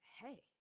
hey